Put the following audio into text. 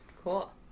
Cool